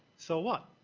so what?